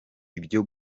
ibyo